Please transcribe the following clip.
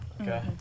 Okay